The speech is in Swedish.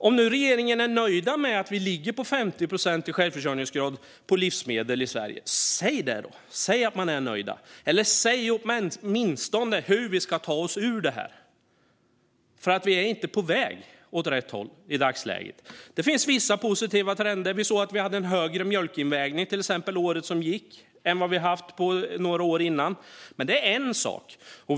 Om regeringen nu är nöjd med att vi ligger på en 50-procentig självförsörjningsgrad på livsmedel i Sverige - säg det då! Säg att ni är nöjda! Eller säg åtminstone hur vi ska ta oss ur detta. Vi är nämligen inte på väg åt rätt håll i dagsläget. Det finns vissa positiva trender. Till exempel såg vi att vi under året som gick hade en högre mjölkinvägning än vad vi haft under några år innan. Men det är en sak.